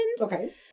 Okay